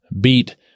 beat